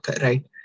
right